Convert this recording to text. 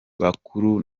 bakuru